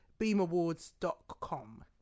beamawards.com